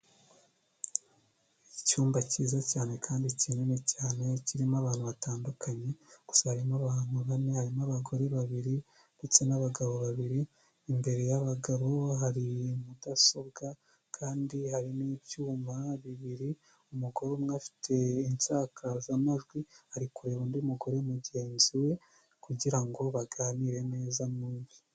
Icyumba cyiza cyane kandi kinini cyane kirimo abantu batandukanye gusa harimo abantu bane harimo abagore babiri ndetse n'abagabo babiri, imbere y'abagabo hari mudasobwa kandi hari n'ibyuma bibiri umugore umwe afite insakazamajwi ari kureba undi mugore mugenzi we kugira ngo baganire neza mumbi.